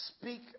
speak